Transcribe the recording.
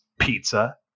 pizza